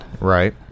Right